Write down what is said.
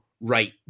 right